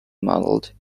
modelled